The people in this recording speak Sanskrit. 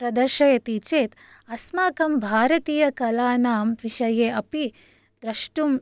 प्रदर्शयति चेत् अस्माकं भारतीयकलानां विषये अपि द्रष्टुम्